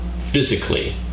Physically